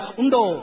undo